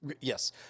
Yes